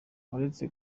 uretse